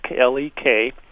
L-E-K